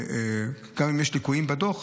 וגם אם יש ליקויים בדוח,